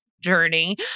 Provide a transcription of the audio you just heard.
journey